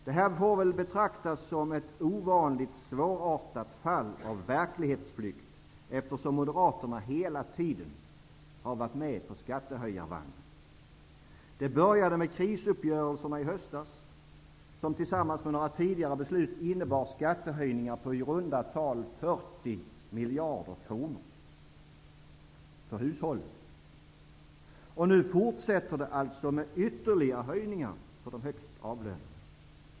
Det här får väl betraktas som ett ovanligt svårartat fall av verklighetsflykt, eftersom Moderaterna hela tiden har varit med på skattehöjarvagnen. Det började med krisuppgörelserna i höstas, som tillsammans med några tidigare beslut innebar skattehöjningar för de svenska hushållen på i runda tal 40 miljarder kronor. Och nu fortsätter det alltså med ytterligare höjningar för de högst avlönade.